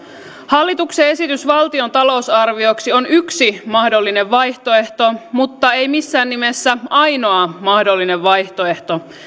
hallituksen esitys valtion talousarvioksi on yksi mahdollinen vaihtoehto mutta ei missään nimessä ainoa mahdollinen vaihtoehto